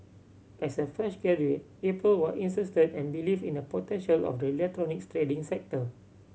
as a fresh graduate April was insisted and believed in the potential of the electronics trading sector